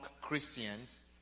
Christians